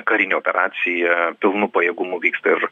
karinė operacija pilnu pajėgumu vyksta ir